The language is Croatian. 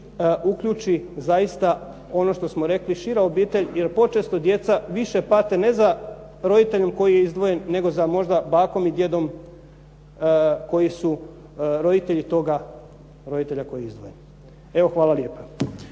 uključi zaista ono što smo rekli šira obitelj jer počesto djeca više pate ne za roditeljem koji je izdvojen nego za možda bakom i djedom koji su roditelji toga roditelja koji je izdvojen. Hvala lijepa.